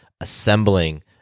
assembling